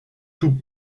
tous